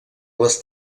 les